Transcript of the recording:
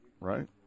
Right